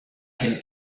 him